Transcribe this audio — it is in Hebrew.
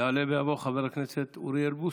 יעלה ויבוא חבר הכנסת אוריאל בוסו,